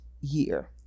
year